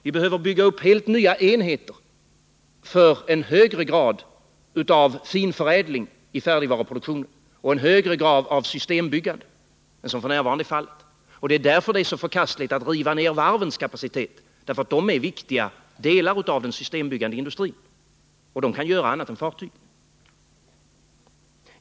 Vi behöver bygga upp helt nya enheter för att få en högre grad av finförädling i färdigvaruproduktionen och en högre grad av systembyggande än som f. n. är fallet. Därför är det så förkastligt att riva ned varvens kapacitet, eftersom varven utgör viktiga delar av den systembyggande industrin. De kan göra annat än fartyg.